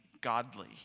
godly